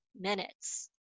minutes